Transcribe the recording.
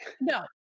No